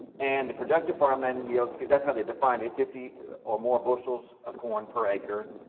and the productive farmland yields food. that's how they defined it, fifty or more bushels of corn per acre,